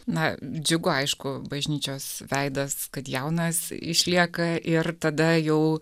na džiugu aišku bažnyčios veidas kad jaunas išlieka ir tada jau